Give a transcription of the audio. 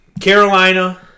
Carolina